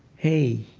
hey,